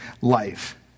life